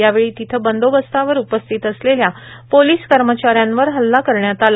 यावेळी तिथे बंदोबस्तावर उपस्थित असलेल्या पोलिस कर्मचाऱ्यांवर हल्ला करण्यात आला